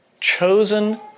chosen